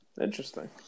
Interesting